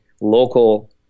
local –